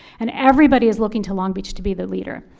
and everybody is looking to long beach to be the leader.